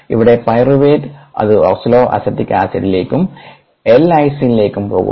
ഇവിടെ പൈറുവേറ്റ് അത് ഓക്സലോഅസെറ്റിക് ആസിഡിലേക്കും എൽ ലൈസിനിലേക്കും പോകുന്നു